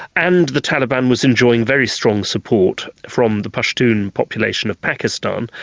and the taliban was enjoying very strong support from the pashtun population of pakistan,